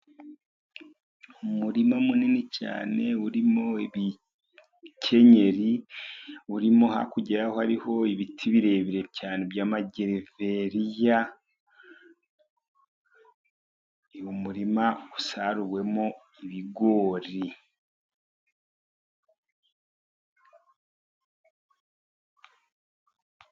Umurima munini cyane urimo ibikenyeri, urimo hakurya yaho hariho ibiti birebire cyane by'amageveriya, ni murima usaruwemo ibigori.